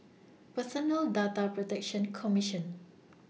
Personal Data Protection Commission